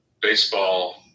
baseball